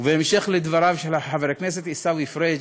ובהמשך לדבריו של חבר הכנסת עיסאווי פריג',